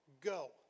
Go